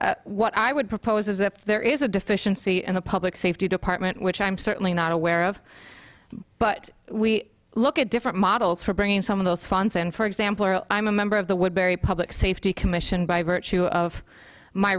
what i would propose is that there is a deficiency and a public safety department which i'm certainly not aware of but we look at different models for bringing some of those funds and for example or i'm a member of the woodbury public safety commission by virtue of my